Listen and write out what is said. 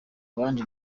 abandi